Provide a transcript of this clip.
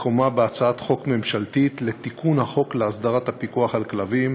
מקומה בהצעת חוק ממשלתית לתיקון החוק להסדרת הפיקוח על כלבים,